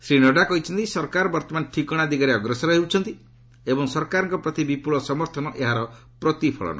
ଶ୍ରୀ ନଡ୍ରା କହିଛନ୍ତି ସରକାର ବର୍ତ୍ତମାନ ଠିକଣା ଦିଗରେ ଅଗ୍ରସର ହେଉଛନ୍ତି ଏବଂ ସରକାରଙ୍କ ପ୍ରତି ବିପୁଳ ସମର୍ଥନ ଏହାର ପ୍ରତିଫଳନ